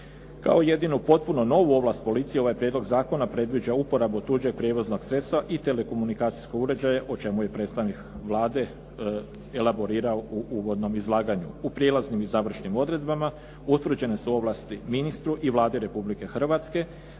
Kao jedino potpuno novu ovlast policije, ovaj prijedlog zakona predviđa uporabu tuđeg prijevoznog sredstva i telekomunikacijskog uređaja o čemu je predstavnik Vlade elaborirao u uvodnom izlaganju. U prijelaznim i završnim ovlastima utvrđene su ovlasti ministru i Vladi Republike Hrvatske